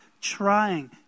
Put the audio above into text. trying